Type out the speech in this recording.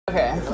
Okay